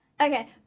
Okay